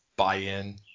buy-in